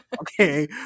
okay